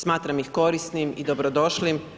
Smatram ih korisnim i dobrodošlim.